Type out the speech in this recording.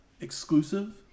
exclusive